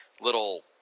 little